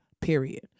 period